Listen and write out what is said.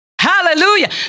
Hallelujah